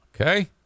Okay